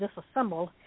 disassembled